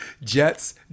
Jets